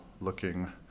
looking